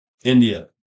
India